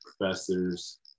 professors